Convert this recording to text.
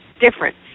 different